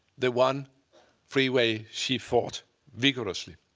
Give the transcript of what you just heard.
the one freeway she fought vigorously.